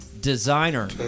designer